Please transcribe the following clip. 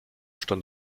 stand